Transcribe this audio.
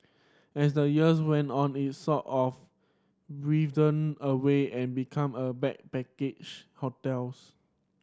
as the years went on it sort of withered away and become a backpacker's hotels